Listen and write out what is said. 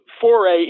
foray